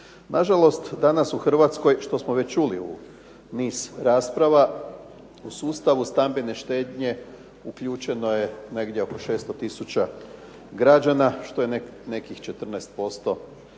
Nažalost danas u Hrvatskoj što smo već čuli u niz rasprava u sustavu stambene štednje uključeno je negdje oko 600 tisuća građana što je nekih 14%